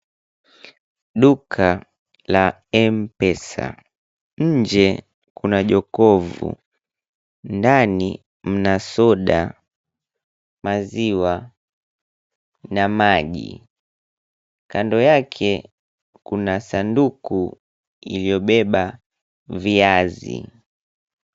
Duka la mpesa, nje kuna jokovu, ndani mna soda, maziwa na maji, kando yake kuna sanduku ililobeba viazi.